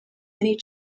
many